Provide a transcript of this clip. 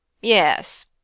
Yes